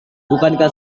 bukankah